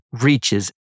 reaches